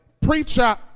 Preacher